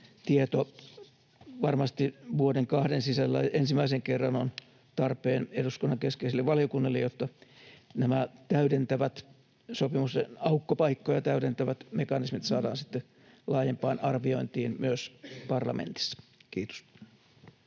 tieto varmasti vuoden kahden sisällä ensimmäisen kerran on tarpeen eduskunnan keskeiselle valiokunnalle, jotta nämä sopimuksen aukkopaikkoja täydentävät mekanismit saadaan sitten laajempaan arviointiin myös parlamentissa. — Kiitos.